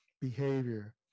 behavior